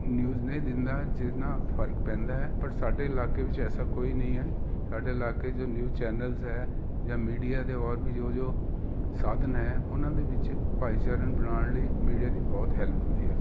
news ਨਹੀਂ ਦਿੰਦਾ ਜਿਹਦੇ ਨਾਲ ਫਰਕ ਪੈਂਦਾ ਪਰ ਸਾਡੇ ਇਲਾਕੇ ਵਿੱਚ ਐਸਾ ਕੋਈ ਨਹੀਂ ਹੈ ਸਾਡੇ ਇਲਾਕੇ ਜੋ ਨਿਊ ਚੈਨਲ ਹੈ ਜਾਂ ਮੀਡੀਆ ਦੇ ਔਰ ਵੀ ਜੋ ਜੋ ਸਾਧਨ ਹੈ ਉਹਨਾਂ ਦੇ ਵਿੱਚ ਭਾਈਚਾਰਿਆਂ ਬਣਾਉਣ ਲਈ ਮੀਡੀਆ ਦੀ ਬਹੁਤ ਹੈਲਪ ਹੁੰਦੀ ਹੈ